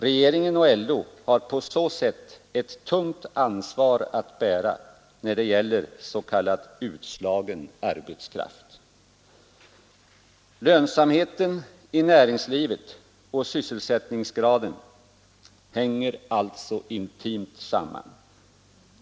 Regeringen och LO har på så sätt ett tungt ansvar att bära när det gäller s.k. utslagen arbetskraft. Lönsamheten i näringslivet och sysselsättningsgraden hänger alltså intimt samman.